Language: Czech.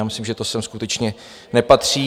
Já myslím, že to sem skutečně nepatří.